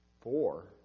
Four